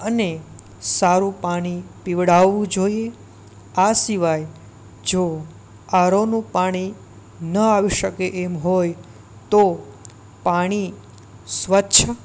અને સારું પાણી પીવડાવવું જોઈએ આ સિવાય જો આરઓનું પાણી ન આવી શકે એમ હોય તો પાણી સ્વચ્છ